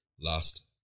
Last